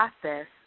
process